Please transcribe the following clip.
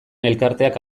elkarteak